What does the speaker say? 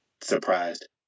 surprised